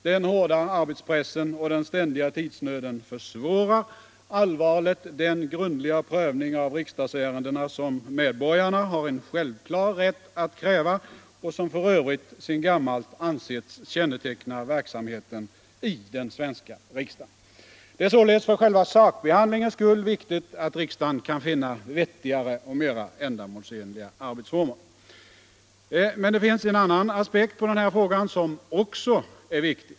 Den hårda arbetspressen och den ständiga tidsnöden försvårar allvarligt den grundliga prövning av riksdagsärendena som medborgarna har en självklar rätt att kräva och som f. ö. sedan gammalt ansetts känneteckna verksamheten i den svenska riksdagen. Det är således för själva sakbehandlingens skull viktigt att riksdagen kan finna vettigare och mera ändamålsenliga arbetsformer. Men det finns en annan aspekt på den här frågan som också är viktig.